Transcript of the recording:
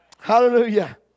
Hallelujah